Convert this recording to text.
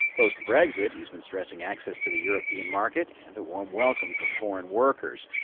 post-brexit, he has been stressing access to the european market and a warm welcome for foreign workers.